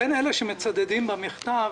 בין אלה שמצדדים במכתב,